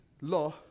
law